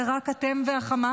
זה רק אתם וחמאס?